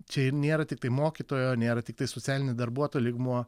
čia nėra tiktai mokytojo nėra tiktai socialinio darbuotojo lygmuo